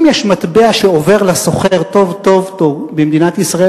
אם יש מטבע שעובר לסוחר טוב-טוב במדינת ישראל,